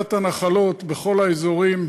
להגדלת הנחלות בכל האזורים,